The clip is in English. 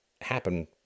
happen